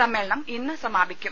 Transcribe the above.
സമ്മേളനം ഇന്ന് സമാപിക്കും